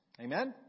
Amen